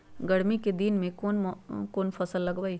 गर्मी के दिन में कौन कौन फसल लगबई?